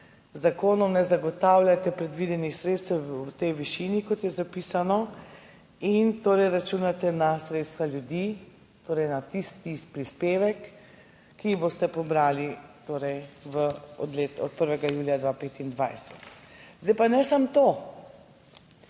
zakonom, ne zagotavljate predvidenih sredstev v tej višini, kot je zapisano, in torej računate na sredstva ljudi, torej na tisti prispevek, ki jim ga boste pobrali v letu od 1. julija 2025. Pa ne samo to.